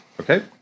Okay